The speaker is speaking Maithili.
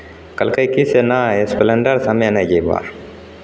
कहलकै की से नहि एसप्लेंडरसँ हम्मे नहि जयबह